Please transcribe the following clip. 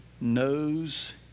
knows